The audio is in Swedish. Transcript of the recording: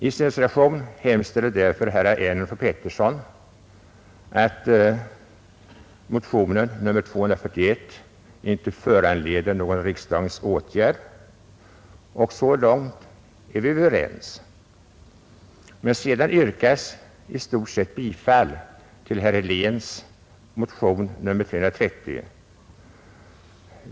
I sin reservation hemställer herrar Ernulf och Petersson att motionen 241 inte skall föranleda någon riksdagens åtgärd, och så långt är vi överens. Men sedan yrkar de i stort sett bifall till motionen 330 av herr Helén m.fl.